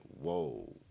whoa